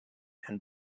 and